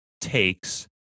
takes